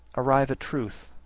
arrive at truth,